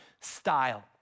style